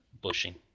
bushing